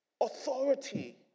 authority